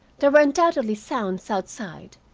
there were undoubtedly sounds outside,